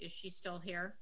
is he still here